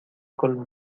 con